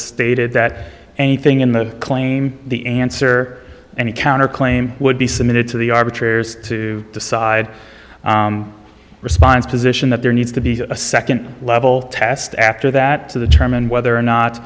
stated that anything in the claim the answer any counter claim would be submitted to the arbitrary to decide response position that there needs a second level test after that to the term and whether or not